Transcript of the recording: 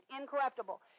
incorruptible